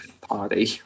party